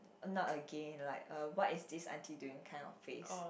not again like uh why is this auntie doing kind of face